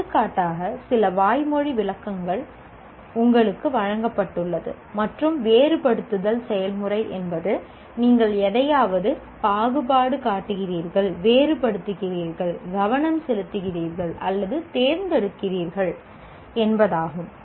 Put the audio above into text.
எடுத்துக்காட்டாக சில வாய்மொழி விளக்கம் உங்களுக்கு வழங்கப்பட்டுள்ளது மற்றும் வேறுபடுத்துதல் செயல்முறை என்பது நீங்கள் எதையாவது பாகுபாடு காட்டுகிறீர்கள் வேறுபடுத்துகிறீர்கள் கவனம் செலுத்துகிறீர்கள் அல்லது தேர்ந்தெடுக்கிறீர்கள் என்பதாகும்